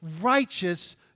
righteous